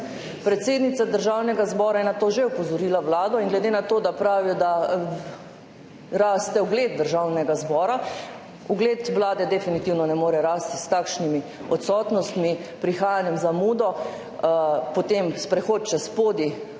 Predsednica Državnega zbora je na to že opozorila vlado. Glede na to, da pravijo, da raste ugled Državnega zbora, ugled Vlade definitivno ne more rasti s takšnimi odsotnostmi, prihajanjem z zamudo. Potem sprehod čez podij.